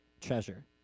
treasure